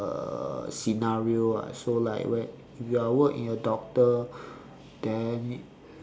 uh scenario ah so like when if you are work in a doctor then